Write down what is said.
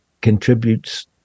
contributes